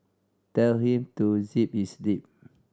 tell him to zip his lip